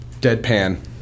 deadpan